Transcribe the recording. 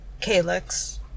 calyx